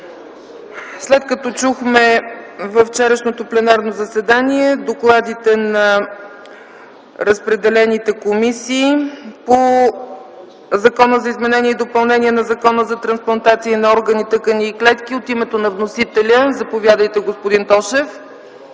събрание. Във вчерашното пленарно заседание чухме докладите, разпределени на комисиите, по Законопроекта за изменение и допълнение на Закона за трансплантация на органи, тъкани и клетки. От името на вносителя – заповядайте, господин Тошев,